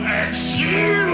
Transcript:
excuse